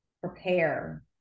prepare